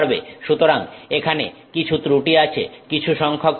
সুতরাং এখানে কিছু ত্রুটি আছে কিছু সংখ্যক ত্রুটি